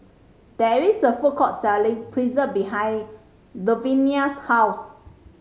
there is a food court selling Pretzel behind Luvinia's house